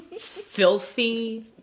filthy